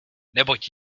neboť